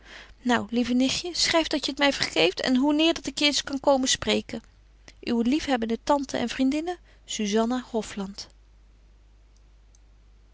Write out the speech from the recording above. nou lieve nichtje schryf dat je t my vergeeft en hoeneer dat ik je eens kan komen spreken uwe liefhebbende tante en vriendinne